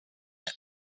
are